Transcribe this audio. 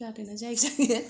जादोंना जायाखै